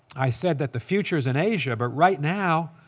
i said that the future's in asia. but right now,